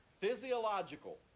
Physiological